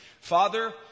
Father